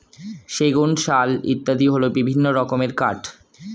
সেগুন, শাল ইত্যাদি হল বিভিন্ন রকমের কাঠ